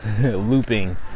looping